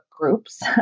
groups